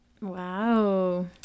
wow